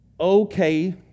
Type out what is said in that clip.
okay